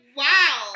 wow